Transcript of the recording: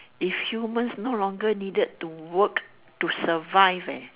if humans no longer needed to work to survive eh